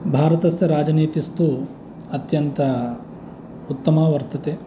भारतस्य राजनीतिस्तु अत्यन्त उत्तमा वर्तते